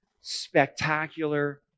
spectacular